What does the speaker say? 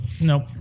Nope